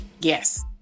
Yes